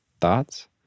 thoughts